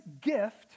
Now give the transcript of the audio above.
gift